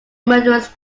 murderous